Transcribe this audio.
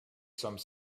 some